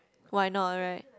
why not right